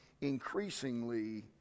increasingly